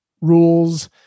rules